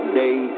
day